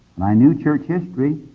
and i knew church history,